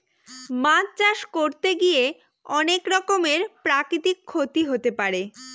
মাছ চাষ করতে গিয়ে অনেক রকমের প্রাকৃতিক ক্ষতি হতে পারে